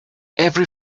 every